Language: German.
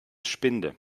spinde